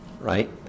Right